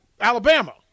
Alabama